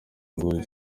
ngoyi